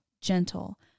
gentle